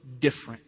different